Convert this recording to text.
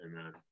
Amen